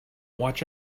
watch